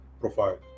profile